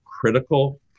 critical